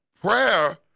Prayer